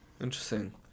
Interesting